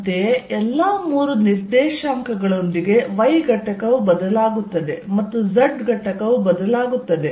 ಅಂತೆಯೇ ಎಲ್ಲಾ ಮೂರು ನಿರ್ದೇಶಾಂಕಗಳೊಂದಿಗೆ y ಘಟಕವು ಬದಲಾಗುತ್ತದೆ ಮತ್ತು z ಘಟಕವು ಬದಲಾಗುತ್ತದೆ